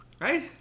Right